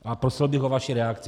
A prosil bych o vaši reakci.